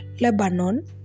Lebanon